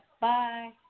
Bye